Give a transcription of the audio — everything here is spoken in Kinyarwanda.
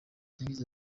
yagize